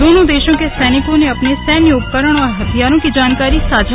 दोनों देशों के सैनिकों ने अपने सैन्य उपकरण और हथियारों की जानकारी की साझा